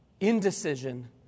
Indecision